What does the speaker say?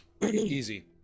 Easy